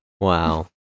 Wow